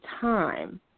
time